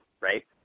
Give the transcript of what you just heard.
right